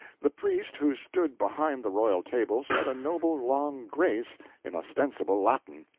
the priest who stood behind the royal table said a noble long grace in ostensible latin.